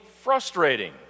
frustrating